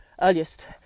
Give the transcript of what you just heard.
earliest